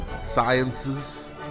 sciences